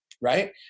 right